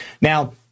Now